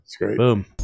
boom